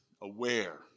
aware